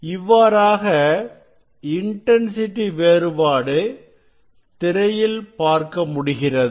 இவ்வாறாக இன்டன்சிட்டி வேறுபாடு திரையில் பார்க்க முடிகிறது